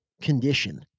condition